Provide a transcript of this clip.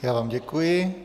Já vám děkuji.